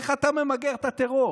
איך אתה ממגר את הטרור?